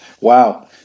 Wow